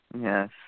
Yes